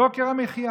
יוקר המחיה